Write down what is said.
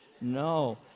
No